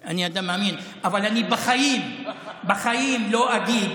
מאמין, אני אדם מאמין, אבל אני בחיים לא אגיד